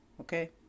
Okay